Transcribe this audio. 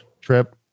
trip